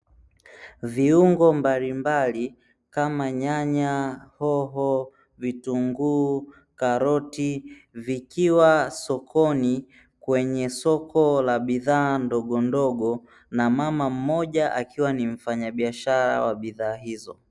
Viungo mbalimbali kama nyanya, hoho, vitunguu, karoti vikiwa sokoni kwenye soko la bidhaa ndogondogo na mama mmoja akiwa ni mfanyabiashara wa bidhaa hizo.